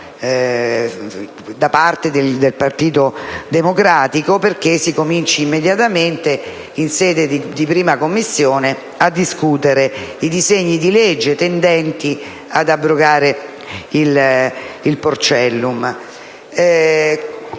da parte del Partito Democratico, perché si cominci immediatamente, in sede di 1ª Commissione, a discutere i disegni di legge tendenti ad abrogare il «porcellum».